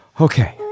Okay